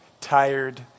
tired